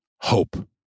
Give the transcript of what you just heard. hope